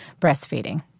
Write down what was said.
breastfeeding